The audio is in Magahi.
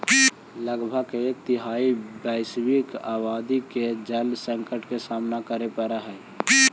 लगभग एक तिहाई वैश्विक आबादी के जल संकट के सामना करे पड़ऽ हई